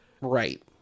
right